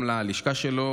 גם ללשכה שלו,